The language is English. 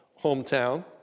hometown